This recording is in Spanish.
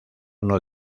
uno